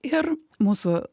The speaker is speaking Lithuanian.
ir mūsų